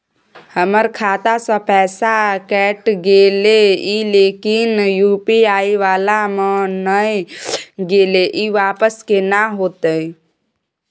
हमर खाता स पैसा कैट गेले इ लेकिन यु.पी.आई वाला म नय गेले इ वापस केना होतै?